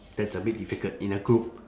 that's a bit difficult in a group